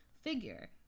figure